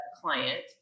client